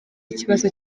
ikibazo